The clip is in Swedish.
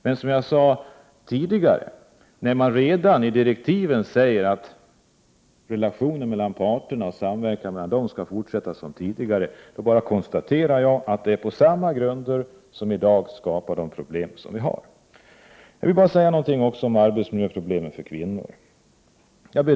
Men, som jag sade tidigare, när man redan i direktiven säger att relationen mellan parterna och samverkan dem emellan skall fortsätta som tidigare, konstaterar jag att man bygger på samma grunder som skapar de problem som vi har i dag. Jag vill också säga några ord om arbetsmiljöproblemen för kvinnor.